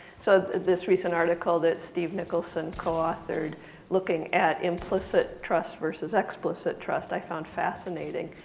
so this recent article that steve nicholson co-authored looking at implicit trust versus explicit trust i found fascinating.